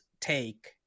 take